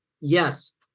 yes